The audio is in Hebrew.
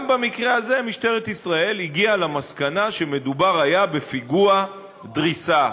גם במקרה הזה משטרת ישראל הגיעה למסקנה שמדובר היה בפיגוע דריסה,